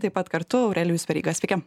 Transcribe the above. taip pat kartu aurelijus veryga sveiki